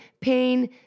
pain